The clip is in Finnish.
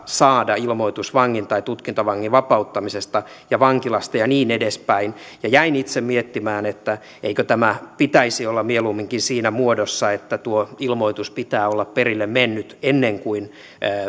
saada ilmoitus vangin tai tutkintavangin vapauttamisesta ja vankilasta ja niin edespäin ja jäin itse miettimään että eikö tämä pitäisi olla mieluumminkin siinä muodossa että tuon ilmoituksen pitää olla perille mennyt ennen kuin